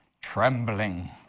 trembling